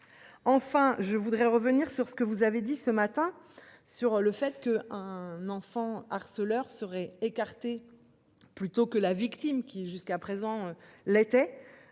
Enfin, je voudrais revenir sur ce que vous avez dit ce matin. Sur le fait que un enfant harceleur serait écarté. Plutôt que la victime qui jusqu'à présent l'était.